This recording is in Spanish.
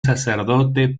sacerdote